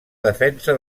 defensa